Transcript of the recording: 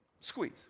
Squeeze